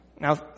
Now